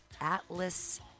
Atlas